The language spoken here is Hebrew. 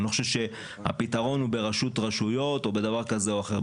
אני לא חושב שהפתרון הוא ברשות רשויות או בדבר כזה או אחר,